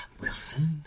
Wilson